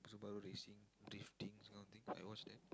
Subaru racing drifting this kind of thing I watch them